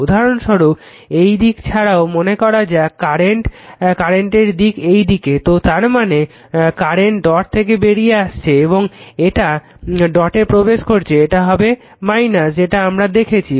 উদাহরণস্বরূপ এই দিক ছাড়াও মনে করা যাক কারেন্টের দিক এইদিকে তো তার মানে কারেন্ট ডট থেকে বেরিয়ে আসছে এবং এটা ডটে প্রবেশ করছে এটা হবে - যেটা আমরা দেখছি